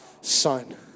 son